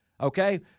okay